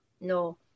no